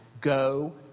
go